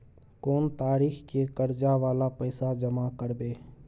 कोन तारीख के कर्जा वाला पैसा जमा करबे?